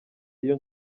iyo